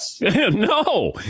No